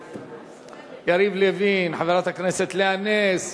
יריב לוין, חברת הכנסת לאה נס,